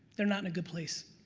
they're not in a good place.